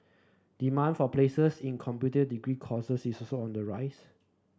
demand for places in computing degree courses is also on the rise